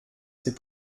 ses